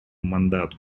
мандату